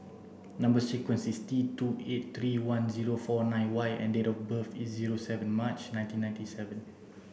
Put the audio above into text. number sequence is T two eight three one zero four nine Y and date of birth is zero seven March nineteen ninety seven